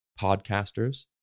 podcasters